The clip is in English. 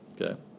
okay